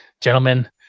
gentlemen